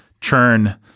churn